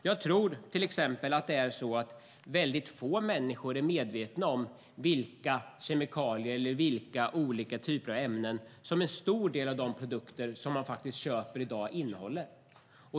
Jag tror till exempel att väldigt få människor är medvetna om vilka kemikalier eller olika typer av ämnen som en stor del av de produkter man köper i dag innehåller.